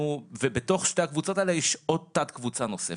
בתוך שתי הקבוצות האלה יש עוד תת קבוצה נוספת,